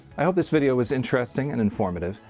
i hope this video was interesting and informative,